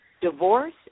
divorce